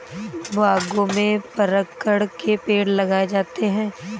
बागों में परागकण के पेड़ लगाए जाते हैं